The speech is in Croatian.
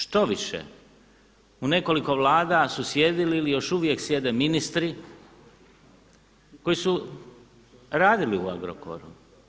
Štoviše u nekoliko Vlada su sjedili ili još uvijek sjede ministri koji su radili u Agrokoru.